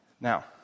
Now